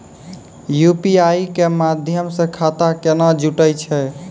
UPI के माध्यम से खाता केना जुटैय छै?